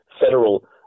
federal